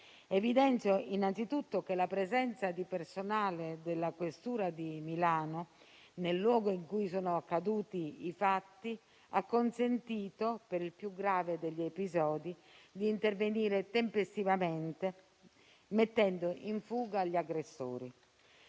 Evidenzio, innanzitutto, che la presenza di personale della questura di Milano nel luogo in cui sono accaduti i fatti ha consentito, per il più grave degli episodi, di intervenire tempestivamente, mettendo in fuga gli aggressori.